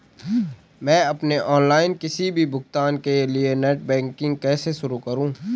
मैं अपने ऑनलाइन किसी भी भुगतान के लिए नेट बैंकिंग कैसे शुरु करूँ?